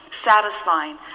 satisfying